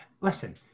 listen